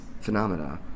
phenomena